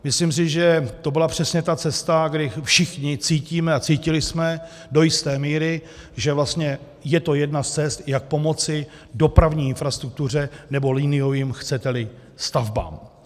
Myslím si, že to byla přesně ta cesta, kdy všichni cítíme a cítili jsme do jisté míry, že vlastně je to jedna z cest, jak pomoci dopravní infrastruktuře, nebo liniovým, chceteli, stavbám.